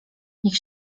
niech